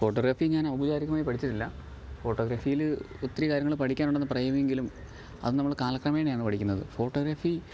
photography ഞാൻ ഔപചാരികമായി പഠിച്ചിട്ടില്ല ഫോട്ടോഗ്രാഫിയില് ഒത്തിരി കാര്യങ്ങള് പഠിക്കാനുടെന്ന് പറയുമെങ്കിലും അത് നമ്മള് കാലക്രമേണ ആണ് പഠിക്കുന്നത് ഫോട്ടോഗ്രാഫി